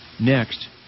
Next